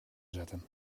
zetten